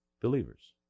Believers